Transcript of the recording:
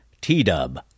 T-Dub